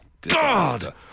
God